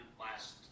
last